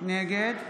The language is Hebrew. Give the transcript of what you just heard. נגד